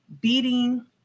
beating